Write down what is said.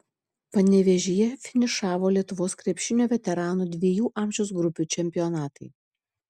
panevėžyje finišavo lietuvos krepšinio veteranų dviejų amžiaus grupių čempionatai